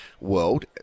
world